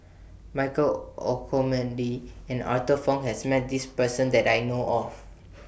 Michael Olcomendy and Arthur Fong has Met This Person that I know of